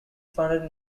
funded